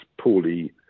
poorly